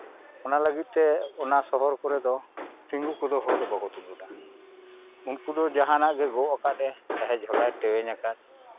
ᱚᱱᱟ ᱞᱟᱹᱜᱤᱫ ᱛᱮ ᱚᱱᱟ ᱥᱚᱦᱚᱨ ᱠᱚᱨᱮ ᱫᱚ ᱛᱤᱸᱜᱩ ᱠᱚᱫᱚ ᱦᱚᱲᱫᱚ ᱵᱟᱠᱚ ᱛᱤᱸᱜᱩᱱᱟ ᱩᱱᱠᱩ ᱫᱚ ᱡᱟᱦᱟᱱᱟᱜ ᱜᱮ ᱜᱚ ᱠᱟᱫ ᱮ ᱪᱟᱦᱮ ᱡᱷᱳᱞᱟᱭ ᱴᱮᱣᱮᱧ ᱟᱠᱟᱫ